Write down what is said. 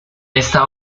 esta